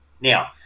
Now